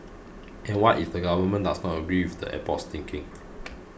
and what if the Government does not agree with the airport's thinking